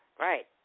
Right